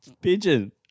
pigeon